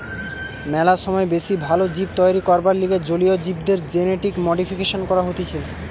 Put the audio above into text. ম্যালা সময় বেশি ভাল জীব তৈরী করবার লিগে জলীয় জীবদের জেনেটিক মডিফিকেশন করা হতিছে